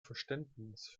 verständnis